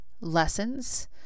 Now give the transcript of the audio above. lessons